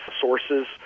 sources